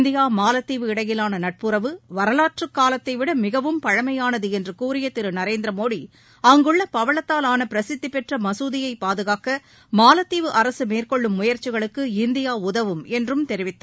India மாலத்தீவு இடையிலானநட்புறவு வரலாற்றுகாலத்தைவிடமிகவும் பழமையானதுஎன்றுகூறியதிருநரேந்திரமோடி அங்குள்ளபவளத்தால் ஆனபிரசித்திபெற்றமசூதியைபாதுகாக்க மாலத்தீவு அரசுமேற்கொள்ளும் முயற்சிகளுக்கு இந்தியாஉதவும் என்றும் தெரிவித்தார்